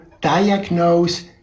diagnose